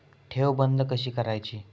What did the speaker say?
ठेव बंद कशी करायची?